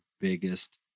biggest